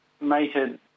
mated